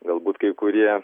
galbūt kai kurie